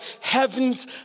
heavens